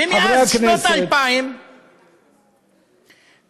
ומאז שנת 2000, חברי הכנסת.